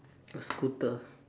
a scooter